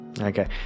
Okay